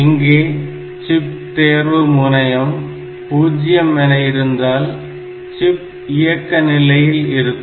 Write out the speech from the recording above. இங்கே சிப் தேர்வு முனையம் பூஜ்ஜியம் என இருந்தால் சிப் இயக்க நிலையில் இருக்கும்